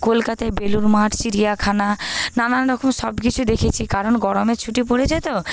কলকাতায় বেলুড়মাঠ চিড়িয়াখানা নানান রকম সবকিছু দেখেছি কারণ গরমের ছুটি পরেছে তো